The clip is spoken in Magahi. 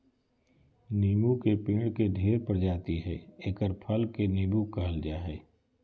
नीबू के पेड़ के ढेर प्रजाति हइ एकर फल के नीबू कहल जा हइ